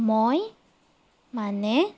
মই মানে